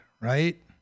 right